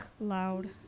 Loud